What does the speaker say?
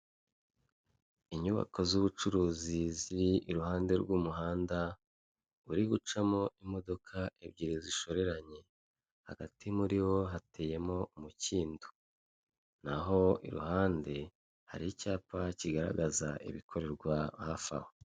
Inyubako z'ubucuruzi ziri iruhande rw'umuhanda uri gucamo imodoka ebyiri zishoreranye, hagati muri wo hateyemo umukindo, naho iruhande hari icyapa kigaragaza ibikorerwa hafi aho.